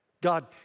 God